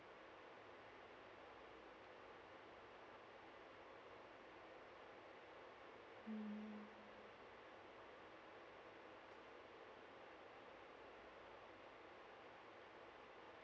mm